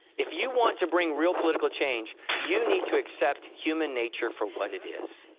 if you want to bring real political change, you need to accept human nature for what it is.